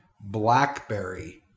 blackberry